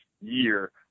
year